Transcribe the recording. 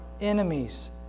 enemies